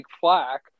flack